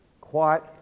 quiet